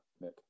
Nick